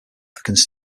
their